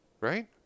Right